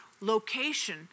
location